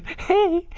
hey,